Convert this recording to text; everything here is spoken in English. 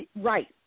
Right